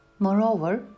Moreover